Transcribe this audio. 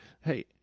Hey